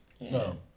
No